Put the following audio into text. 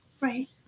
Right